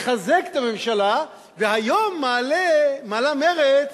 לחזק את הממשלה, והיום מעלה מרצ